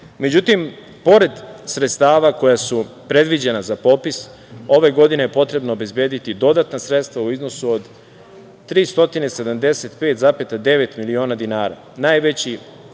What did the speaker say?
tome.Međutim, pored sredstava koja su predviđena za popis, ove godine je potrebno obezbediti dodatna sredstva u iznosu od 375,9 miliona dinara. Najveći